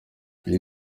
ibi